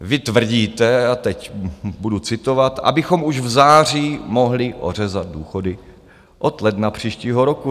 Vy tvrdíte a teď budu citovat abychom už v září mohli ořezat důchody od ledna příštího roku.